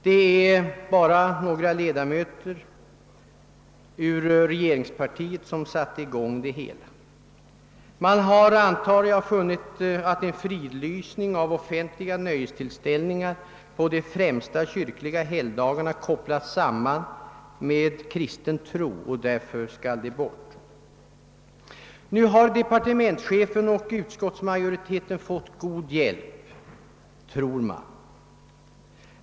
Det är bara några ledamöter ur regeringspartiet som satt i gång det hela. Man har, antar jag, funnit att en fridlysning av offentliga nöjestillställningar på de främsta kyrkliga helgdagarna kopplats samman med kristen tro och därför skall de bort. Nu har departementschefen och utskottsmajoriteten fått god hjälp — tror man.